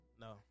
No